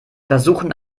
versuchen